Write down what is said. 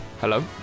Hello